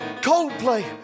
Coldplay